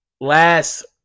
last